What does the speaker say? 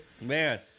Man